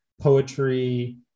poetry